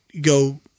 go